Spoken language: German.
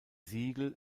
siegel